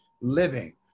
living